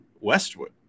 Westwood